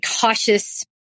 cautious